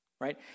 right